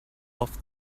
off